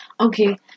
Okay